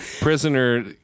Prisoner